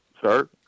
Sir